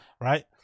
right